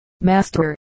master